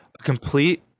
complete